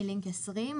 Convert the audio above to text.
מלינק 20,